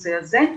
בנושא הזה,